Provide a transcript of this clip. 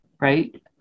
right